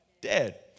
Dead